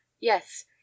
Yes